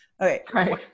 okay